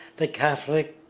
the catholic,